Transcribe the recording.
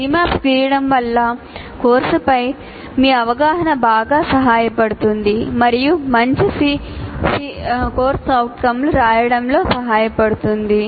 Cmaps గీయడం వల్ల కోర్సుపై మీ అవగాహన బాగా సహాయపడుతుంది మరియు మంచి CO లు రాయడంలో సహాయపడుతుంది